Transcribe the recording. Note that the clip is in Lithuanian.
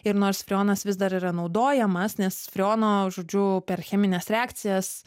ir nors freonas vis dar yra naudojamas nes freono žodžiu per chemines reakcijas